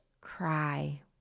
cry